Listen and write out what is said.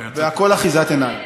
והכול אחיזת עיניים.